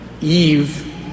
Eve